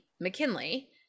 McKinley